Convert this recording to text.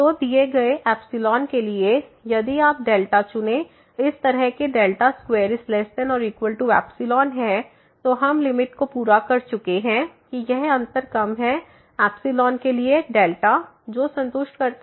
तो दिए हुए के लिएयदि आप चुनें इस तरह कि 2≤ε है तो हम लिमिट को पूरा कर चुके हैं कि यह अंतर कम है के लिए जो संतुष्ट करता है 2≤εहै